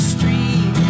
Street